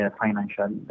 financial